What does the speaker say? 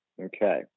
Okay